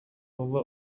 hoba